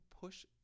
push